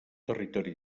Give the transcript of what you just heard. territori